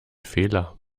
fehler